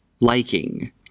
liking